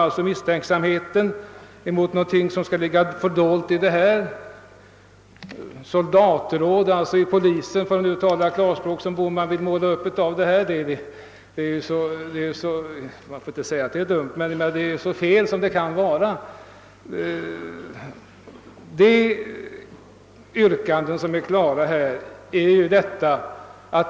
Deras misstänksamhet kvarstod efter diskussionen. Herr Bohman ville göra detta till en fråga om »soldatråd» i polisen, för att tala klartext. Det är så oriktigt som det kan vara — man får ju inte säga att det är dumt.